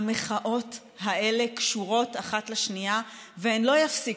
המחאות האלה קשורות אחת לשנייה, והן לא ייפסקו,